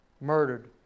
Murdered